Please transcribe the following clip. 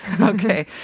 Okay